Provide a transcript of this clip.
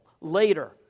later